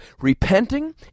repenting